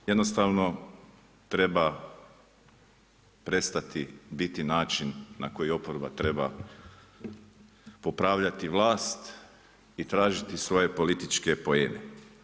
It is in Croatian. To jednostavno treba prestati biti način na koji oporba treba popravljati vlast i tražiti svoje političke poene.